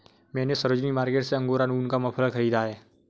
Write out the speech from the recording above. मैने सरोजिनी मार्केट से अंगोरा ऊन का मफलर खरीदा है